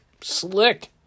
slick